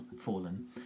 fallen